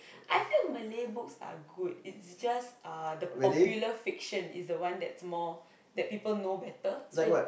I feel Malay books are good it's just uh the popular fiction is the one that's more that people know better so in